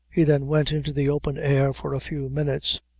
he then went into the open air for a few minutes,